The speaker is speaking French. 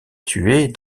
tués